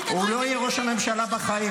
הוא לא יהיה ראש הממשלה בחיים.